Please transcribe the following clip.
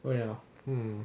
oh ya hmm